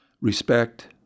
respect